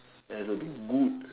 it has to be good